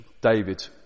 David